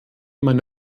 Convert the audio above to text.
meine